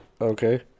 Okay